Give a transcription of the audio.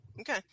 Okay